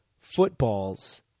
footballs